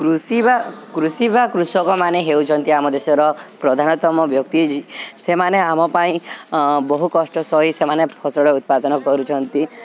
କୃଷି ବା କୃଷି ବା କୃଷକମାନେ ହେଉଛନ୍ତି ଆମ ଦେଶର ପ୍ରଧାନତମ ବ୍ୟକ୍ତି ସେମାନେ ଆମ ପାଇଁ ବହୁ କଷ୍ଟ ସହି ସେମାନେ ଫସଲ ଉତ୍ପାଦନ କରୁଛନ୍ତି